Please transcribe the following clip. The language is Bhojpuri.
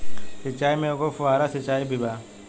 सिचाई में एगो फुव्हारा सिचाई भी बा